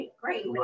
great